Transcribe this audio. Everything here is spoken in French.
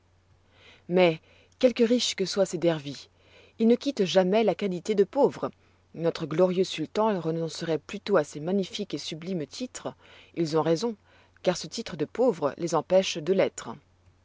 mais quelques riches que soient ces dervis ils ne quittent jamais la qualité de pauvres notre glorieux sultan renonceroit plutôt à ses magnifiques et sublimes titres ils ont raison car ce titre de pauvre les empêche de l'être